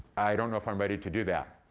i don't know if i'm ready to do that.